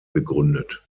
begründet